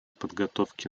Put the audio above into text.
подготовке